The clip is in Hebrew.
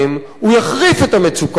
הוא יחריף את המצוקה הזאת.